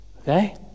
Okay